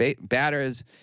batters